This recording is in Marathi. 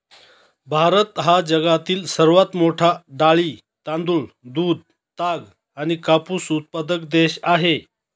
भारत हा जगातील सर्वात मोठा डाळी, तांदूळ, दूध, ताग आणि कापूस उत्पादक देश आहे